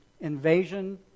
invasion